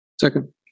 Second